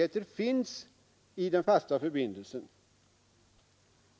Herr Svensson i